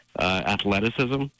athleticism